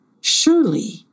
Surely